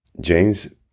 James